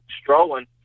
strolling